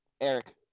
Eric